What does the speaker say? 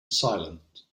silence